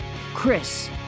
Chris